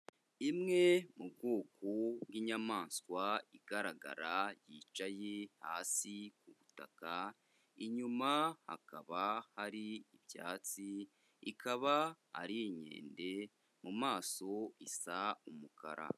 Imwe mu bwoko bw'inyamaswa igaragara yicaye hasi kubutaka, inyuma hakaba hari ibyatsi, ikaba ari inkende, mu maso isa umukara.